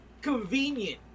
convenient